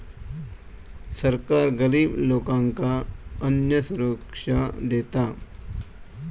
सरकार गरिब लोकांका अन्नसुरक्षा देता